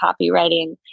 copywriting